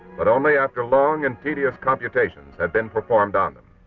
but only after long and tedious computations had been performed on them.